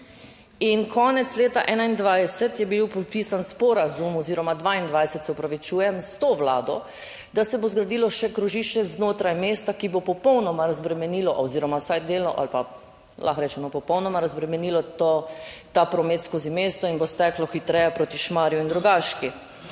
In konec leta 2021 je bil podpisan sporazum oziroma 2022, se opravičujem, s to Vlado, da se bo zgradilo še krožišče znotraj mesta, ki bo popolnoma razbremenilo oziroma vsaj delno ali pa lahko rečemo popolnoma razbremenilo ta promet skozi mesto in bo steklo hitreje proti Šmarju in Rogaški.